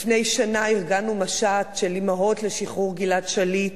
לפני שנה ארגנו משט של אמהות לשחרור גלעד שליט,